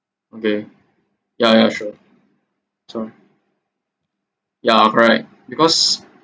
okay yeah yeah sure sorry ya correct because